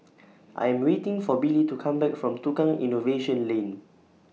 I'm waiting For Billy to Come Back from Tukang Innovation Lane